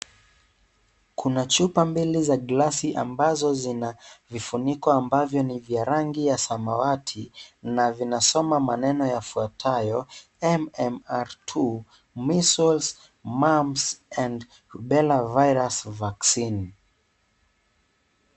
Kuna chupa mbili za glasi ambazo zina vifuniko ambavyo ni vya rangi ya samawati na vinasoma maneno yafuatayo,(cs)M.M.R II measles, mums and bella virus vaccine(cs)